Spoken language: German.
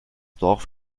dorf